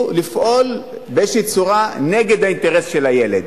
לפעול באיזו צורה נגד האינטרס של הילד.